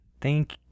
Thank